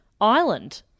Ireland